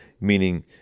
meaning